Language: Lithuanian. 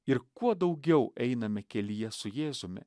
ir kuo daugiau einame kelyje su jėzumi